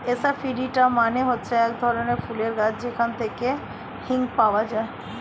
asafoetida মানে হচ্ছে এক ধরনের ফুলের গাছ যেখান থেকে হিং পাওয়া যায়